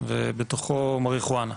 ובתוכו מריחואנה.